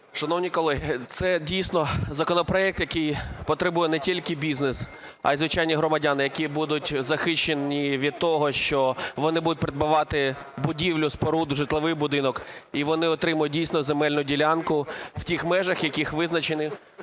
Шановні колеги, це дійсно законопроект, якого потребує не тільки бізнес, а й звичайні громадяни, які будуть захищені від того, що вони будуть придбавати будівлю, споруду, житловий будинок і вони отримають дійсно земельну ділянку в тих межах, які визначені